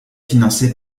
financé